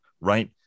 Right